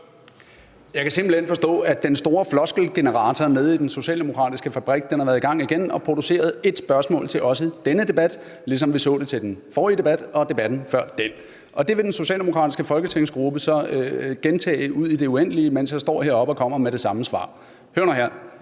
Jeg kan simpelt hen forstå, at den store floskelgenerator nede i den socialdemokratiske fabrik har været i gang igen og produceret ét spørgsmål til også denne debat, ligesom vi så det til den forrige debat og debatten før den, og det vil den socialdemokratiske folketingsgruppe så gentage ud i det uendelige, mens jeg står heroppe og kommer med det samme svar. Hør nu her: